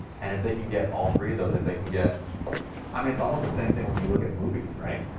and if they can get all three of those, if they can get i mean, it's almost the same thing when you look at movies right?